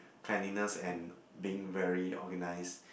cleanliness and being very organised